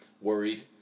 worried